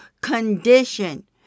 condition